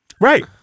Right